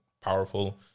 powerful